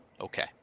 okay